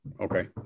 Okay